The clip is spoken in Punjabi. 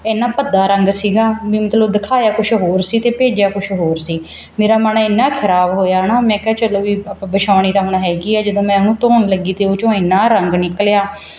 ਇੰਨਾ ਭੱਦਾ ਰੰਗ ਸੀਗਾ ਵੀ ਮਤਲਬ ਦਿਖਾਇਆ ਕੁਛ ਹੋਰ ਸੀ ਅਤੇ ਭੇਜਿਆ ਕੁਛ ਹੋਰ ਸੀ ਮੇਰਾ ਮਨ ਇੰਨਾ ਖਰਾਬ ਹੋਇਆ ਨਾ ਮੈਂ ਕਿਹਾ ਚਲੋ ਵੀ ਆਪਾਂ ਵਿਛਾਉਣੀ ਤਾਂ ਹੁਣ ਹੈਗੀ ਆ ਜਦੋਂ ਮੈਂ ਉਹਨੂੰ ਧੋਣ ਲੱਗੀ ਅਤੇ ਉਹ 'ਚੋਂ ਇੰਨਾ ਰੰਗ ਨਿਕਲਿਆ